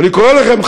ואני קורא לכם,